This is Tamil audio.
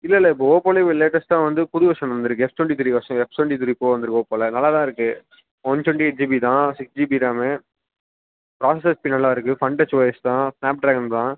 இல்லைல்ல இப்போ ஓப்போலையே லேட்டஸ்ட்டாக வந்து புது வெர்ஷன் வந்து இருக்கு S twenty three version S twenty three pro வந்து இருக்கு ஓப்போவில நல்லா தான் இருக்கு ஒன் டொண்ட்டி எயிட் ஜிபி தான் சிக்ஸ் ஜிபி ரேம்மு ப்ராசஸஸ்பி நல்லா இருக்கு ஃபன்டச் ஓஎஸ் தான் ஸ்னாப்ட்ராகன் தான்